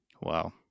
Wow